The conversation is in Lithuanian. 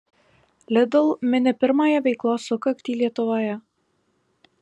lidl mini pirmąją veiklos sukaktį lietuvoje